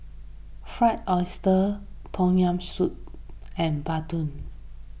Fried Oyster Tom Yam Soup and Bandung